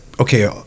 okay